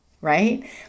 right